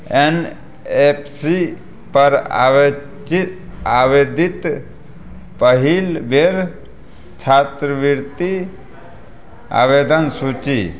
N F C पर आवेचित आवेदित पहिल बेर छात्रवृति आवेदन सूची